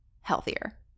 healthier